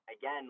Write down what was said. again